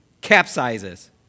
capsizes